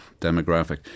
demographic